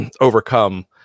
overcome